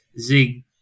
zig